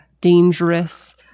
dangerous